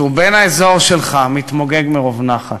שהוא בן האזור שלך, מתמוגג מרוב נחת.